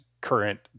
current